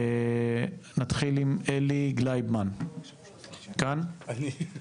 נתחיל עם אלי גלייבמן, בבקשה.